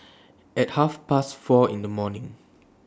At Half Past four in The morning